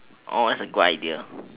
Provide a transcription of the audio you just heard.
oh that's a good idea